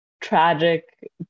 tragic